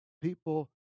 people